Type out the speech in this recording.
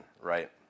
right